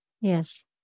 Yes